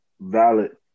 valid